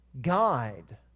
guide